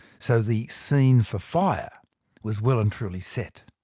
so the scene for fire was well and truly set.